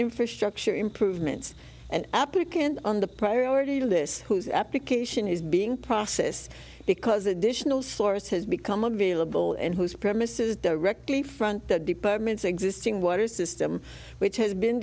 infrastructure improvements and applicant on the priority to this whose application is being process because additional source has become available and whose premise is directly front the department's existing water system which has been